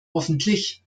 hoffentlich